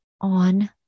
on